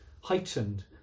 heightened